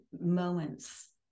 moments